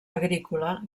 agrícola